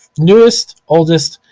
newest, oldest,